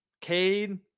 Cade